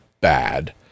bad